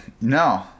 No